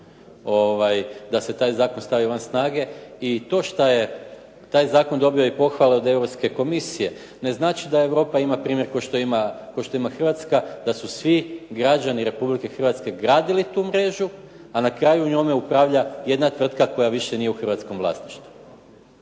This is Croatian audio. da se taj zakon stavi van snage i to šta je taj zakon dobio i pohvalu od Europske komisije ne znači da Europa ima primjer kao što ima Hrvatska, da su svi građani Republike Hrvatske gradili tu mrežu, a na kraju njome upravlja jedna tvrtka koja više nije u hrvatskom vlasništvu.